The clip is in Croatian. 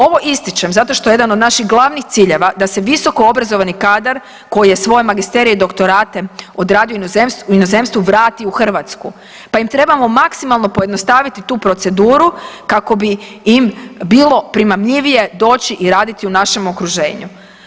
Ovo ističem zato što jedan od naših glavnih ciljeva da se visokoobrazovani kadar koji je svoje magisterije i doktorate odradio u inozemstvu vrati u Hrvatsku pa im trebamo maksimalno pojednostaviti tu proceduru kako bi im bilo primamljivije bilo doći i raditi u našem okruženju.